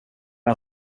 med